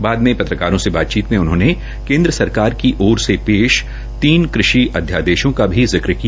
बाद में पत्रकारों से बातचीत में उन्होंने केंद्र सरकार की ओर से पेश तीन कृषि अध्यादेशों का भी जिक्र किया